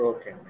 Okay